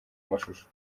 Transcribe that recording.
mashusho